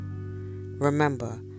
Remember